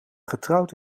getrouwd